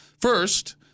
First